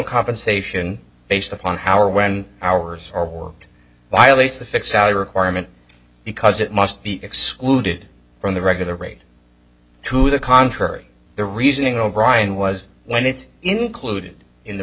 compensation based upon how or when hours are worked violates the fixed salary requirement because it must be excluded from the regular rate to the contrary the reasoning o'brian was when it's included in the